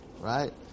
right